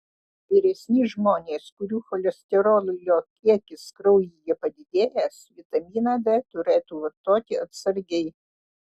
vyresni žmonės kurių cholesterolio kiekis kraujyje padidėjęs vitaminą d turėtų vartoti atsargiai